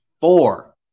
four